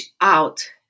out